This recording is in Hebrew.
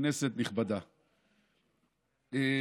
כנסת נכבדה,